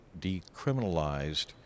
decriminalized